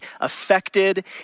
affected